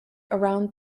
around